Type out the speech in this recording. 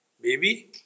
Baby